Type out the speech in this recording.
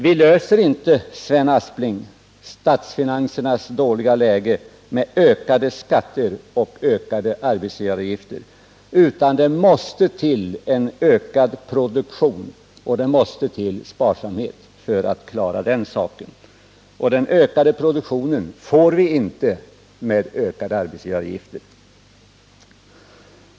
Vi förbättrar inte, Sven Aspling, statsfinansernas dåliga läge med ökade skatter och ökade arbetsgivaravgifter, utan det måste till en ökad produktion och det måste till sparsamhet för att vi skall klara den saken. Den ökade produktionen får vi inte med ökade arbetsgivaravgifter.